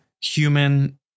human